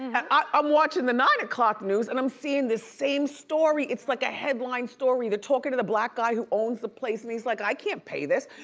and i'm watching the nine o'clock news, and i'm seeing this same story. it's like a headline story. they're talking to the black guy who owns the place, and he's like, i can't pay this.